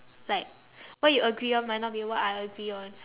like what you agree on might not be what I agree on